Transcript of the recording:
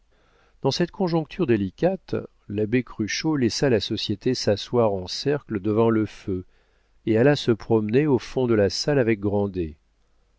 dans cette conjoncture délicate l'abbé cruchot laissa la société s'asseoir en cercle devant le feu et alla se promener au fond de la salle avec